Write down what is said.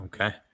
okay